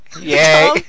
Yay